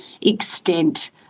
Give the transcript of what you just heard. extent